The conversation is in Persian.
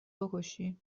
بکشی